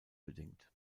bedingt